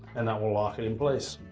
and that will lock it in place.